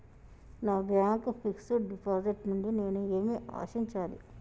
నా bank fixed deposit నుండి నేను ఏమి ఆశించాలి?